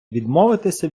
відмовитися